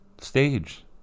stage